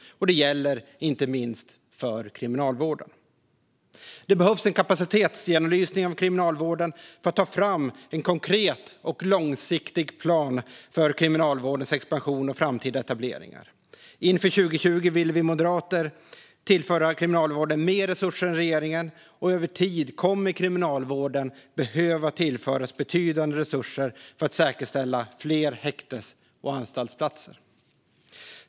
Detta gäller inte minst för kriminalvården. Det behövs en kapacitetsgenomlysning av kriminalvården för att ta fram en konkret och långsiktig plan för kriminalvårdens expansion och framtida etableringar. Inför 2020 ville vi moderater tillföra kriminalvården mer resurser än regeringen, och över tid kommer kriminalvården att behöva tillföras betydande resurser för att säkerställa fler häktes och anstaltsplatser.